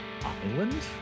Island